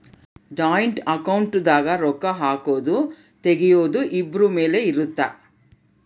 joint account ದಾಗ ರೊಕ್ಕ ಹಾಕೊದು ತೆಗಿಯೊದು ಇಬ್ರು ಮೇಲೆ ಇರುತ್ತ